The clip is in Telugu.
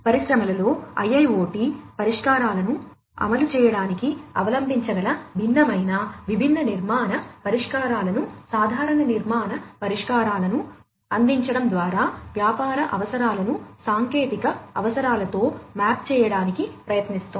పరిశ్రమలలో IIoT పరిష్కారాలను అమలు చేయడానికి అవలంబించగల భిన్నమైన విభిన్న నిర్మాణ పరిష్కారాలను సాధారణ నిర్మాణ పరిష్కారాలను అందించడం ద్వారా వ్యాపార అవసరాలను సాంకేతిక అవసరాలతో మ్యాప్ చేయడానికి ప్రయత్నిస్తోంది